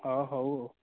ହଁ ହଉ ଆଉ